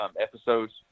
episodes